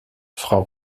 frau